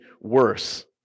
worse